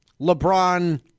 LeBron